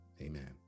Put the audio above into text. amen